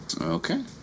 Okay